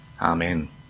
Amen